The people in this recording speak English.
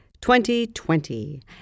2020